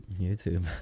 YouTube